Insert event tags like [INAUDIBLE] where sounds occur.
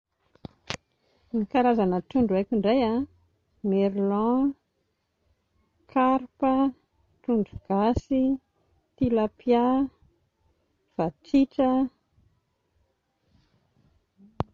[NOISE] Ny karazana trondro haiko ndray a: merlan, karpa, trondro gasy, tilapia, vatritra [SILENCE]